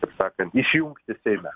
taip sakant išjungti seime